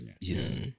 Yes